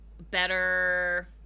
better